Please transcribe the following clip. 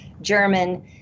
German